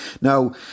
Now